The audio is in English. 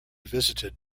visited